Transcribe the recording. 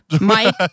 mike